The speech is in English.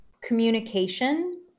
communication